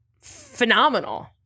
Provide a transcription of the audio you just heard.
phenomenal